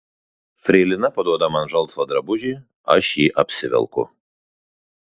freilina paduoda man žalsvą drabužį aš jį apsivelku